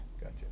Gotcha